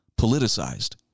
politicized